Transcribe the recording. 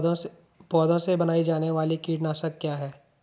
पौधों से बनाई जाने वाली कीटनाशक क्या है?